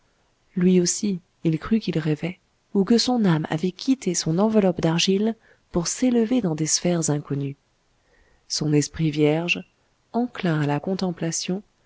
lui aussi il crut qu'il rêvait ou que son âme avait quitté son enveloppe d'argile pour s'élever dans des sphères inconnues son esprit vierge enclin à la contemplation